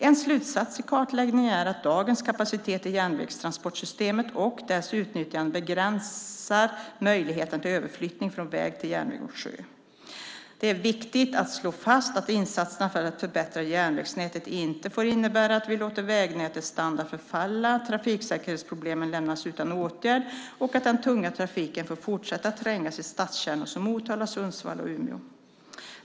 En slutsats i kartläggningen är att dagens kapacitet i järnvägstransportsystemet och dess utnyttjande begränsar möjligheten till överflyttning från väg till järnväg och sjö. Det är viktigt att slå fast att insatserna för att förbättra järnvägsnätet inte får innebära att vi låter vägnätets standard förfalla, att trafiksäkerhetsproblemen lämnas utan åtgärd och att den tunga trafiken får fortsätta att trängas i stadskärnor som Motala, Sundsvall och Umeå.